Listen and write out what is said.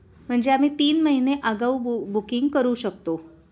म्हणजे आम्ही तीन महिने आगाऊ बु बुकिंग करू शकतो